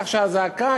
כך שהזעקה,